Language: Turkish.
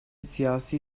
siyasi